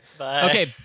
Okay